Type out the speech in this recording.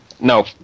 No